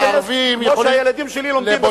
כמו שהילדים שלי לומדים בשפה,